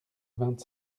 vingt